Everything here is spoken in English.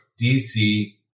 DC